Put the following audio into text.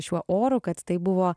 šiuo oru kad tai buvo